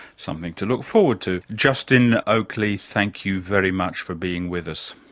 something to look forward to. justin oakley, thank you very much for being with us.